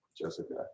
Jessica